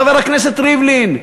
חבר הכנסת ריבלין,